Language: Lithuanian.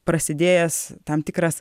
prasidėjęs tam tikras